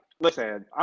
listen